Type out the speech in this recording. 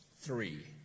three